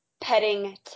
petting